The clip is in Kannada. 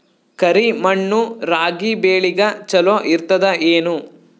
ಕರಿ ಮಣ್ಣು ರಾಗಿ ಬೇಳಿಗ ಚಲೋ ಇರ್ತದ ಏನು?